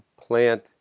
plant